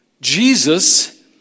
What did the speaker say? Jesus